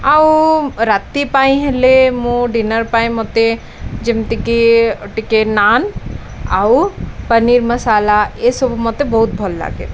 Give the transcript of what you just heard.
ଆଉ ରାତି ପାଇଁ ହେଲେ ମୁଁ ଡିିନର୍ ପାଇଁ ମୋତେ ଯେମିତିକି ଟିକେ ନାନ୍ ଆଉ ପନିର ମସାଲା ଏସବୁ ମୋତେ ବହୁତ ଭଲ ଲାଗେ